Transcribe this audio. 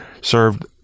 served